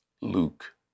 Luke